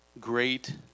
great